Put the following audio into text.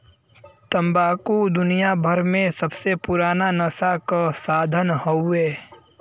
तम्बाकू दुनियाभर मे सबसे पुराना नसा क साधन हउवे